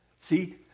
See